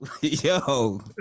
yo